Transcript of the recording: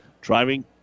driving